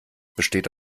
besteht